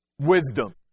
wisdom